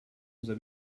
unser